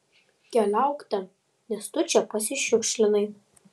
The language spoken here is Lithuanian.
keliauk ten nes tu čia pasišiukšlinai